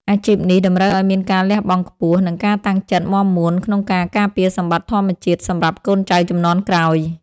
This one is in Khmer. អាជីពនេះតម្រូវឱ្យមានការលះបង់ខ្ពស់ និងការតាំងចិត្តមាំមួនក្នុងការការពារសម្បត្តិធម្មជាតិសម្រាប់កូនចៅជំនាន់ក្រោយ។